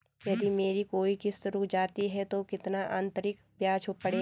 यदि मेरी कोई किश्त रुक जाती है तो कितना अतरिक्त ब्याज पड़ेगा?